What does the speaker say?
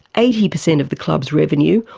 eighty per cent of the club's revenue,